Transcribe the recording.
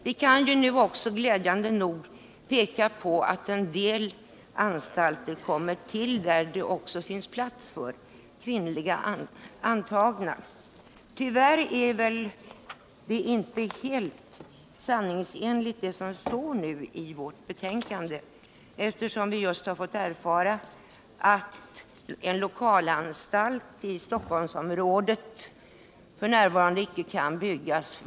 Vi kan nu också glädjande nog peka på att en del anstalter kommer till där det finns plats också för kvinnliga intagna. Tyvärr är det inte helt sanningsenligt vad som står i vårt betänkande, eftersom vi just har fått erfara att en lokalanstalt i Stockholmsområdet f. n. icke kan byggas.